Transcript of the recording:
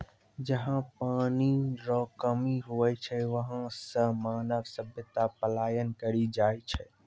जहा पनी रो कमी हुवै छै वहां से मानव सभ्यता पलायन करी जाय छै